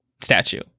statue